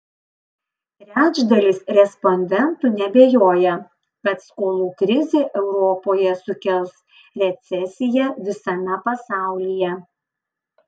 trečdalis respondentų neabejoja kad skolų krizė europoje sukels recesiją visame pasaulyje